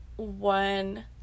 One